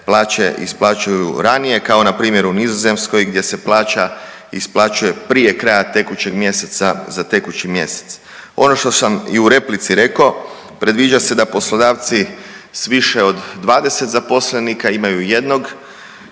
plaće isplaćuju ranije kao npr. u Nizozemskoj gdje se plaća isplaćuje prije kraja tekućeg mjeseca za tekući mjesec. Ono što sam i u replici rekao, predviđa se da poslodavci s više od 20 zaposlenika imaju jednog